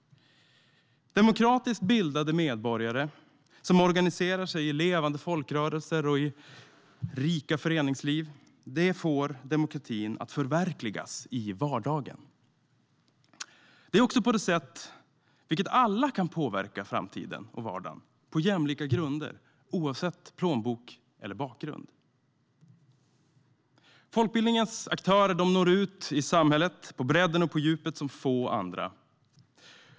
Demokratiskt bildade medborgare som organiserar sig i levande folkrörelser och rika föreningsliv får demokratin att förverkligas i vardagen. Det är också på det sättet alla kan påverka framtiden och vardagen, på jämlika grunder oavsett plånbok eller bakgrund. Folkbildningens aktörer når ut i samhället, på bredden och på djupet, som få andra.